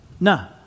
No